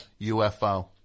UFO